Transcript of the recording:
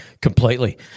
Completely